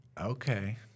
okay